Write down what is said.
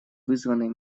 вызваны